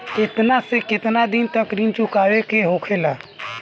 केतना से केतना दिन तक ऋण चुकावे के होखेला?